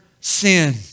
sin